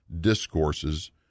discourses